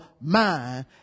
mind